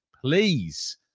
Please